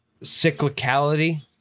cyclicality